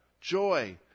joy